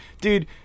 dude